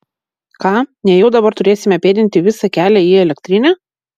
ką nejau dabar turėsime pėdinti visą kelią į elektrinę